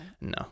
no